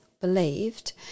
believed